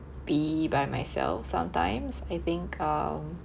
be by myself sometimes I think um